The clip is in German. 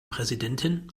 präsidentin